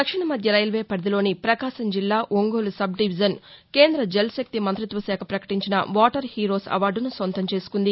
దక్షిణమధ్య railway పరిధిలోని పకాశం జిల్లా Ongole sub division కేంద్ర జల్ శక్తి మంతిత్వశాఖ ప్రకటించిన వాటర్ హీరోస్ అవార్దను సొంతం చేసుకుంది